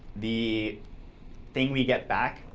the thing we get back,